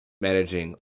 managing